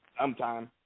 sometime